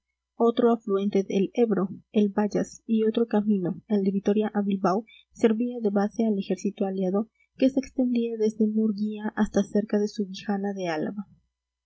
otro afluente del ebro el bayas y otro camino el de vitoria a bilbao servía de base al ejército aliado que se extendía desde murguía hasta cerca de subijana de álava